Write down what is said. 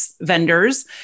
vendors